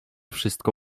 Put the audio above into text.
wszystko